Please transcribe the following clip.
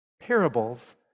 Parables